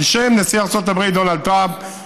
על שם נשיא ארצות-הברית דונלד טראמפ,